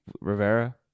Rivera